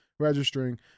registering